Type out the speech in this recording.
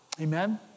Amen